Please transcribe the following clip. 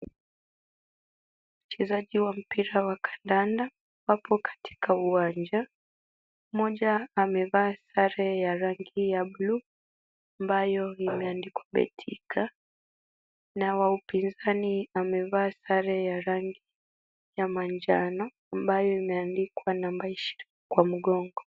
Wachezaji wa mpira wa kandanda wapo katika uwanja. Mmoja amevaa sare ya rangi ya buluu ambayo imeandikwa betika na wa upinzani amevaa sare ya rangi ya manjano ambayo imeandikwa namba ishirini kwa mgongo.